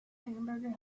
hamburger